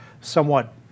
somewhat